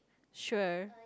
sure